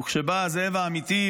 וכשבא הזאב האמיתי,